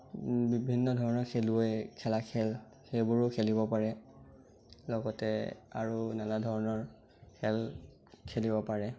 বিভিন্ন ধৰণৰ খেলুৱৈ খেলা খেল সেইবোৰো খেলিব পাৰে লগতে আৰু নানা ধৰণৰ খেল খেলিব পাৰে